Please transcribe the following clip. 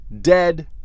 dead